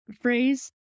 phrase